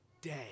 day